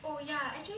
oh ya